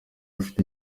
afite